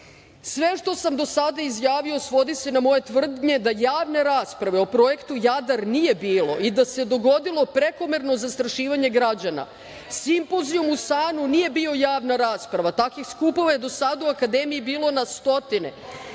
Sve što sam do sada izjavio svodi se na moje tvrdnje da javne rasprave o Projektu "Jadar" nije bilo i da se dogodilo prekomerno zastrašivanje građana. Simpozijum u SANU nije bio javna rasprava. Takvih skupova je do sada u akademiji bilo na stotine.